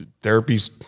therapy's